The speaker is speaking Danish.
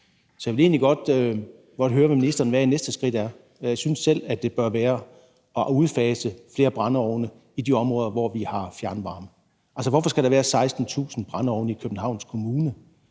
Så jeg vil egentlig godt høre ministeren, hvad ministerens næste skridt er. Jeg synes selv, at det bør være at udfase flere brændeovne i de områder, hvor vi har fjernvarme. Hvorfor skal der være 16.000 brændeovne i Københavns Kommune?